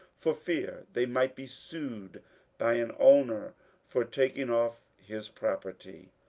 for fear they might be sued by an owner for taking off his property.